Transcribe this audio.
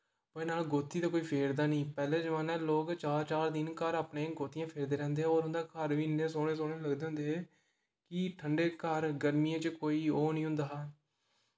नां गोह्ती ते कोई फेरदा नेईं पैह्ले जमान्ने च लोक चार चार दिन घर अपने गोतियां फेरदे रैंह्दे होर उं'दा घर बी इन्ने सोह्ने सोह्ने लगदे होंदे हे कि ठंडे घर गर्मियें च कोई ओह् नेईं होंदा हा